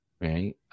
Right